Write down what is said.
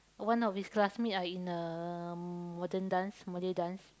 one of his classmate are in uh modern dance Malay dance